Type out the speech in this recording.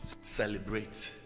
celebrate